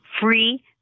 free